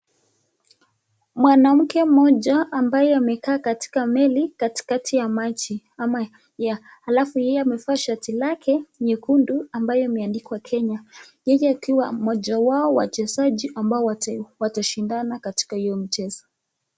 Mwanamke mmoja ambaye amekaa katika meli katikati ya maji alafu yeye amevaa shati lake nyekundu ambayo imeandikwa kenya yeye akiwa mmoja wao wachezaji ambao watashindana katika hiyo mchezo.